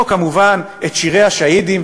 או כמובן שירי השהידים,